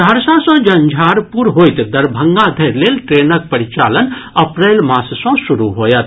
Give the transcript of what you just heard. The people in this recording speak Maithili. सहरसा सँ झंझारपुर होइत दरभंगा धरि लेल ट्रेनक परिचालन अप्रैल मास सँ शुरू होयत